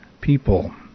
people